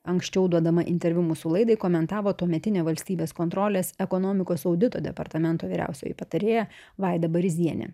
anksčiau duodama interviu mūsų laidai komentavo tuometinė valstybės kontrolės ekonomikos audito departamento vyriausioji patarėja vaida baryzienė